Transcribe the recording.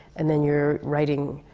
and then you're writing.